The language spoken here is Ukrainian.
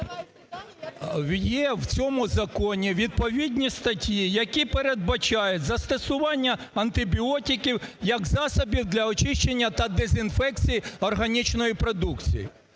Є в цьому законі відповідні статті, які передбачають застосування антибіотиків як засобів для очищення та дезінфекції органічної продукції.